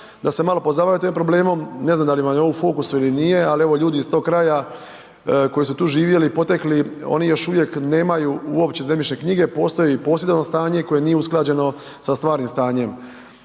da se malo pozabavite ovim problemom, ne znam da li vam je on u fokusu ili nije, al evo ljudi iz tog kraja, koji su tu živjeli, potekli, oni još uvijek nemaju uopće zemljišne knjige, postoje i posjedovno stanje koje nije usklađeno sa stvarnim stanjem.